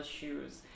shoes